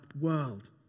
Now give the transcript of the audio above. world